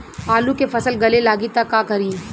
आलू के फ़सल गले लागी त का करी?